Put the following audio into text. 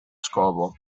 scopo